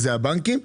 הם הבנקים,